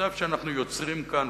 והמצב שאנחנו יוצרים כאן,